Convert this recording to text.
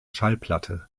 schallplatte